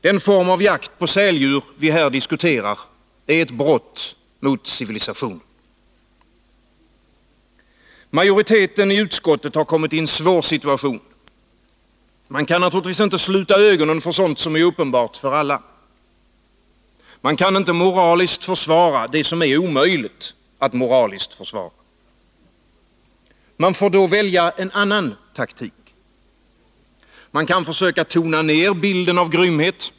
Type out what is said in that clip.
Den form av jakt på säldjur vi här diskuterar är ett brott mot civilisationen. Majoriteten i utskottet har kommit i en svår situation. Man kan naturligtvis inte sluta ögonen för sådant som är uppenbart för alla. Man kan inte moraliskt försvara det som är omöjligt att moraliskt försvara. Man får då välja en annan taktik. Man kan försöka tona ner bilden av grymhet.